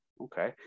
okay